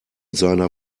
seiner